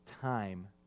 time